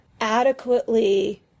adequately